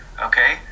Okay